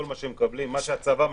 כל מה שמקבלים, מה שהצבא מממן,